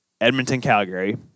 Edmonton-Calgary